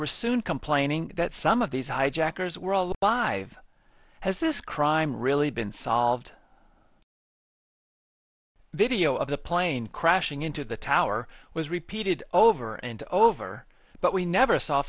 were soon complaining that some of these hijackers were all by has this crime really been solved video of the plane crashing into the tower was repeated over and over but we never saw